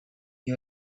you